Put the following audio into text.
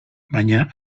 baina